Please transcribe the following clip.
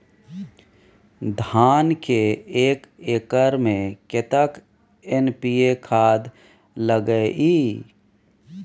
धान के एक एकर में कतेक एन.पी.ए खाद लगे इ?